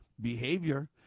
behavior